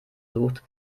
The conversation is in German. sucht